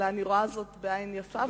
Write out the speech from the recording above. אני רואה זאת בעין יפה.